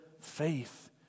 faith